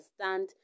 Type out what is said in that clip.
understand